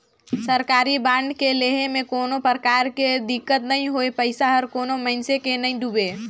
सरकारी बांड के लेहे में कोनो परकार के दिक्कत नई होए पइसा हर कोनो मइनसे के नइ डुबे